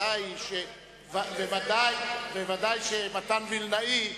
וודאי שמתן וילנאי,